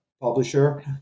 publisher